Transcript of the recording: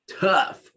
tough